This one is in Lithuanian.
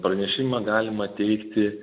pranešimą galima teikti